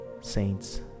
saints